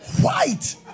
white